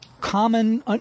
common